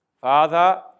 father